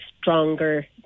stronger